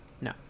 No